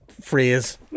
phrase